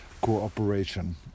cooperation